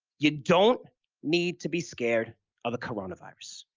you don't need to be scared of the coronavirus.